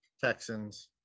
Texans